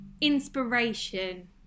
Inspiration